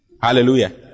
Hallelujah